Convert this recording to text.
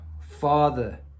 Father